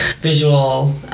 visual